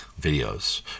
videos